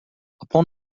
upon